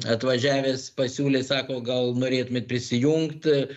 atvažiavęs pasiūlė sako gal norėtumėt prisijungt